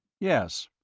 yes.